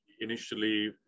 initially